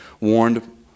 warned